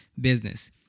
business